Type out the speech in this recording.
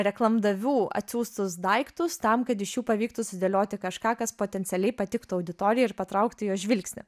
reklamdavių atsiųstus daiktus tam kad iš jų pavyktų sudėlioti kažką kas potencialiai patiktų auditorijai ir patrauktų jos žvilgsnį